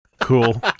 Cool